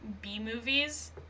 B-movies